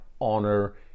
honor